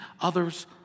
others